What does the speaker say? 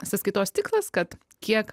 sąskaitos tikslas kad kiek